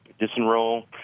disenroll